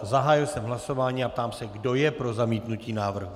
Zahájil jsem hlasování a ptám se, kdo je pro zamítnutí návrhu.